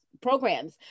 programs